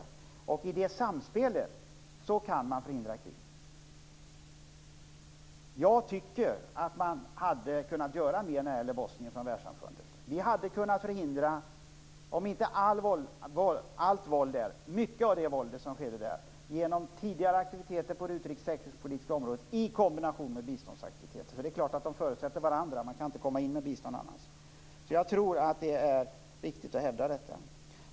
I och med detta samspel kan man förhindra krig. Jag tycker att Världssamfundet borde ha kunnat göra mer när det gäller Bosnien. Mycket av våldet där, om än inte allt, hade kunnat förhindras genom tidigare aktiviteter på utrikes och säkerhetspolitiska området i kombination med biståndsaktiviteter. Båda aktiviteterna är förutsättningar för att bistånd skall kunna komma in i ett land. Jag tror att det är viktigt att hävda detta.